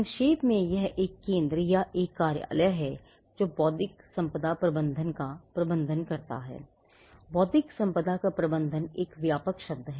संक्षेप में यह एक केंद्र या एक कार्यालय है जो बौद्धिक संपदा प्रबंधन का प्रबंधन करता है बौद्धिक संपदा का प्रबंधन एक व्यापक शब्द है